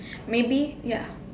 maybe ya